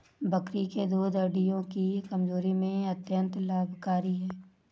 बकरी का दूध हड्डियों की कमजोरी में अत्यंत लाभकारी है